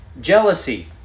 jealousy